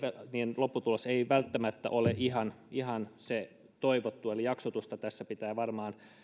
niin lopputulos ei välttämättä ole ihan se toivottu eli jaksotus tässä pitää varmaan